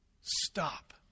stop